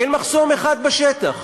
אין מחסום אחד בשטח.